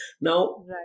Now